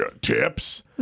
tips